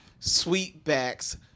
Sweetbacks